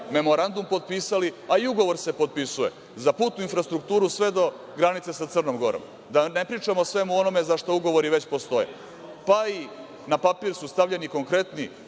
memorandum potpisali, a i ugovor se potpisuje za putnu infrastrukturu sve do granice sa Crnom Gorom. Da ne pričam o svemu onome za šta ugovori već postoje. Na papir su stavljeni konkretni